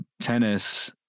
tennis